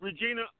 Regina